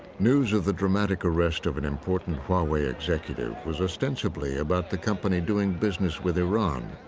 news of the dramatic arrest of an important huawei executive was ostensibly about the company doing business with iran.